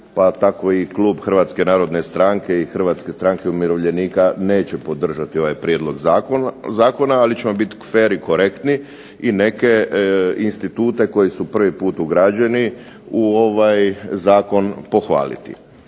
tako i klub Hrvatske narodne stranke i Hrvatske stranke umirovljenika neće podržati ovaj prijedlog zakona, ali ćemo biti fer i korektni i neke institute koji su prvi put ugrađeni u ovaj zakon pohvaliti.